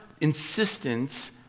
insistence